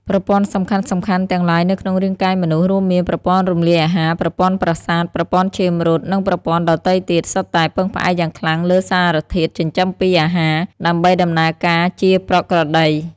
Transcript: ប្រព័ន្ធសំខាន់ៗទាំងឡាយនៅក្នុងរាងកាយមនុស្ស រួមមាន ប្រព័ន្ធរំលាយអាហារ ប្រព័ន្ធប្រសាទ ប្រព័ន្ធឈាមរត់ និងប្រព័ន្ធដទៃទៀត សុទ្ធតែ ពឹងផ្អែកយ៉ាងខ្លាំងលើសារធាតុចិញ្ចឹមពីអាហារ ដើម្បីដំណើរការជាប្រក្រតី។